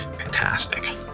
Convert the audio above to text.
Fantastic